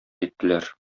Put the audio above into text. иттеләр